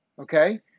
Okay